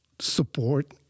support